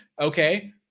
Okay